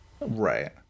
Right